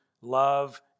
love